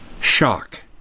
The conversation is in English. shock